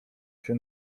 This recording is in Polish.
się